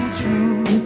true